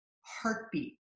heartbeat